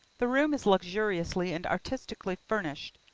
the room is luxuriously and artistically furnished.